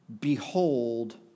behold